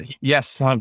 yes